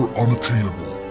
unattainable